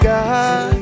God